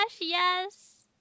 yes